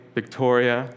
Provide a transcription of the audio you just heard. Victoria